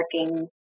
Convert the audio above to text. working